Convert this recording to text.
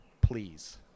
Please